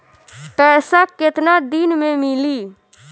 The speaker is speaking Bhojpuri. पैसा केतना दिन में मिली?